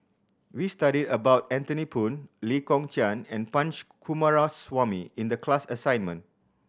we studied about Anthony Poon Lee Kong Chian and Punch Coomaraswamy in the class assignment